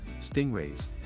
Stingrays